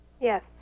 Yes